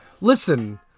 listen